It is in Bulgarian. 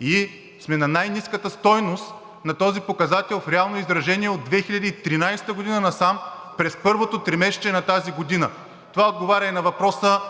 и сме на най-ниската стойност на този показател в реално изражение от 2013 г. насам през първото тримесечие на тази година. Това отговаря на въпроса: